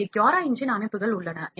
இங்கே CuraEngine அமைப்புகள் உள்ளன